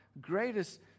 greatest